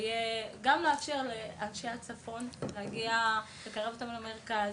גם לאפשר לאנשי הצפון להגיע, לקרב אותם למרכז,